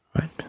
right